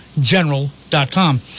general.com